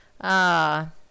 Ah